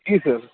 جی سر